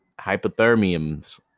hypothermiums